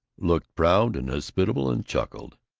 looked proud and hospitable, and chuckled,